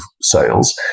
sales